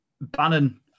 Bannon